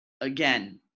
again